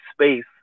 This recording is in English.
space